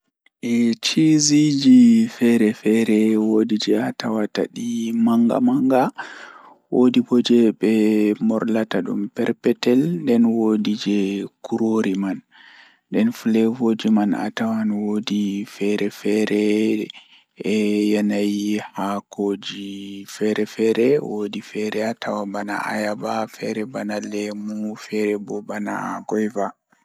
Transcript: Hunde jalnaare jei mi meedi laarugo kanjum woni wakkati Mi ɗo waɗi yiɗde waɗde diiwanɗo ɗum famɗo sabu ngal ɗum waɗi ko miɗo waɗi faabugol yimɓe e hoore ngam waɗde cuɓoraaji ngal. Ko feewi so aɗa waɗi waɗde diiwanɗo ngal ɗum, sabu o waɗi jaanginde yimɓe e ɗum faama.